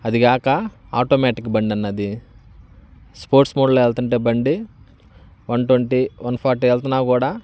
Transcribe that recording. అది కాక ఆటోమేటిక్ బండన్నా అది స్పోర్ట్స్ మోడ్లో వెళ్తుంటే బండి వన్ ట్వంటీ వన్ ఫార్టీ వెళ్తున్నా కూడా